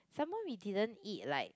some more we didn't eat like